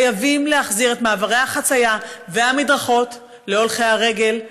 חייבים להחזיר את מעברי החציה והמדרכות להולכי הרגל,